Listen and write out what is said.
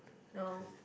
no